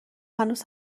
هنوزم